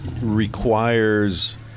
requires